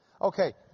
Okay